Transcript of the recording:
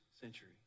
century